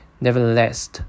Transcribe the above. Nevertheless